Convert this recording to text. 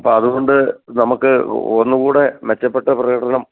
അപ്പോൾ അതുകൊണ്ട് നമുക്ക് ഒന്നുംകൂടെ മെച്ചപ്പെട്ട പ്രകടനം